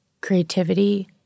creativity